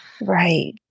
right